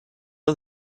are